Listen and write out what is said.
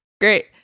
Great